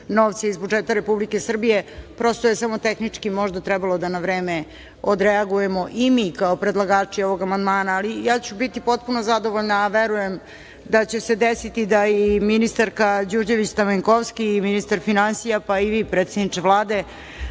novca iz budžeta Republike Srbije, prosto je samo tehnički možda trebalo da na vreme odreagujemo i mi kao predlagači ovog amandmana. Ali, biću potpuno zadovoljna, a verujem da će se desiti da i ministarka Đurđević Stamenkovski i ministar finansija, pa i vi, predsedniče Vlade,